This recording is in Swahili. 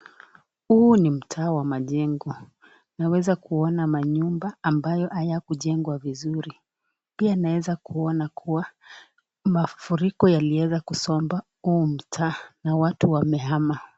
Huu ni mtaa wa majengo, naweza kuona manyumba ambayo hayakujengwa vizuri. Pia naweza kuona kuwa mafuriko yaliweza kusomba huu mtaa na watu wamehana.